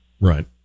right